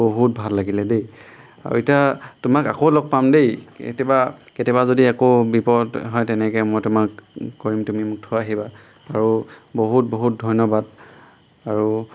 বহুত ভাল লাগিলে দেই আৰু এতিয়া তোমাক আকৌ লগ পাম দেই কেতিয়াবা কেতিয়াবা যদি আকৌ বিপদ হয় তেনেকৈ মই তোমাক কৰিম তুমি মোক থৈ আহিবা আৰু বহুত বহুত ধন্যবাদ আৰু